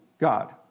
God